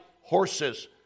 horses